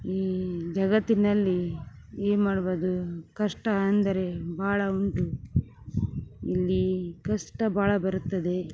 ಈ ಜಗತ್ತಿನಲ್ಲಿ ಏನ್ಮಾಡ್ಬಾರದು ಕಷ್ಟ ಅಂದರೆ ಭಾಳ ಉಂಟು ಇಲ್ಲಿ ಕಷ್ಟ ಭಾಳ ಬರುತ್ತದೆ